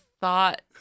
thought